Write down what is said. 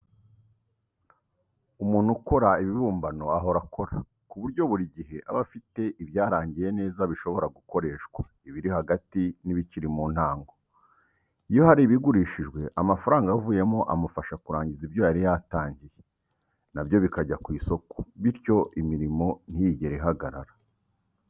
Umuntu ukora ibibumbano ahora akora, ku buryo buri gihe aba afite ibyarangiye neza bishobora gukoreshwa, ibiri hagati n'ibikiri mu ntango. Iyo hari ibigurishijwe, amafaranga avuyemo amufasha kurangiza ibyo yari yaratangiye, nabyo bikajya ku isoko; bityo imirimo ntiyigere ihagarara.